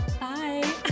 bye